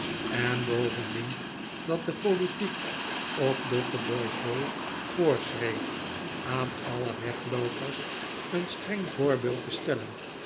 en bovendien dat de politiek op dotheboys hall voorschreef aan alle wegloopers een streng voorbeeld te stellen